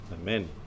Amen